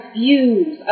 views